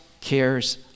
cares